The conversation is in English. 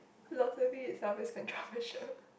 is always controversial